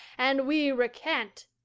and we recant,